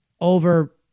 over